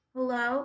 Hello